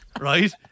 right